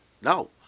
no